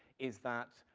is that,